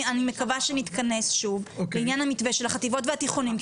אני מקווה נתכנס שוב בעניין המתווה של חטיבות הביניים והתיכונים.